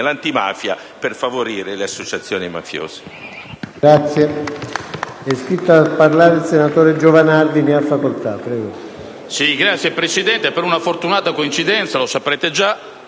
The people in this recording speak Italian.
antimafia per favorire le associazioni mafiose.